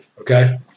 Okay